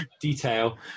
detail